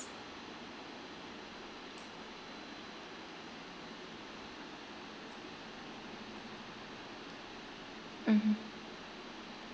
mmhmm